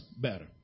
better